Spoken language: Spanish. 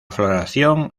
floración